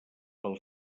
pel